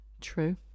True